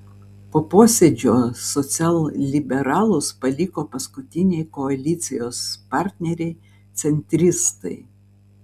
po posėdžio socialliberalus paliko paskutiniai koalicijos partneriai centristai